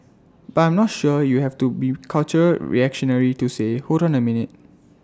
but I'm not sure you have to be cultural reactionary to say hold on A minute